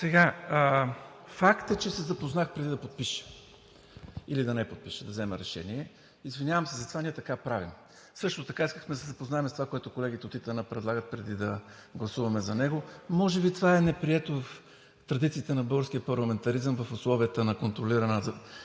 (ДБ): Факт е, че се запознах преди да подпиша или да не подпиша, да взема решение. Извинявам се за това, ние така правим. Също така искахме да се запознаем с това, което колегите от ИТН предлагат, преди да гласуваме за него. Може би това е неприето в традициите на българския парламентаризъм в условията на контролирана